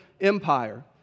Empire